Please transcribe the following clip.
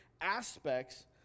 aspects